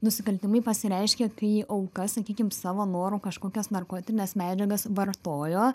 nusikaltimai pasireiškia kai auka sakykim savo noru kažkokias narkotines medžiagas vartojo